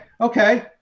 okay